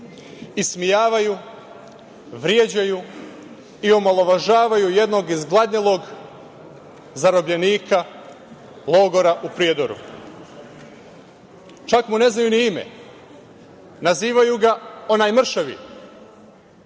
ismejavaju, vređaju i omalovažavaju jednog izgladnelog zarobljenika logora u Prijedoru. Čak mu ne znaju ni ime. Nazivaju ga „onaj mršavi“,